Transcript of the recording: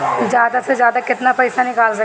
जादा से जादा कितना पैसा निकाल सकईले?